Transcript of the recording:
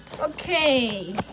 Okay